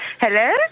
Hello